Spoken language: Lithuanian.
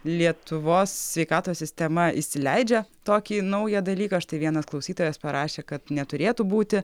lietuvos sveikatos sistema įsileidžia tokį naują dalyką štai vienas klausytojas parašė kad neturėtų būti